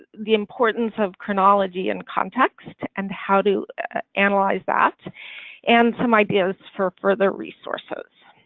the importance of chronology and context and how to analyze that and some ideas for further resources